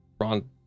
Ron